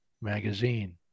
magazine